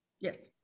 Yes